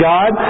God